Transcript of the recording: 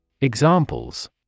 Examples